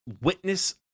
witness